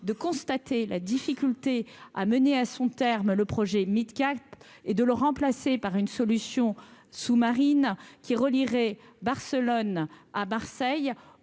de constater la difficulté à mener à son terme le projet quatre et de le remplacer par une solution sous-marine qui relierait Barcelone à Marseille